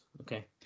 Okay